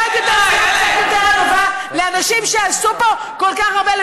קצת יותר ענווה לאנשים שעשו פה כל כך הרבה,